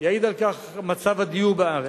יעיד על כך מצב הדיור בארץ.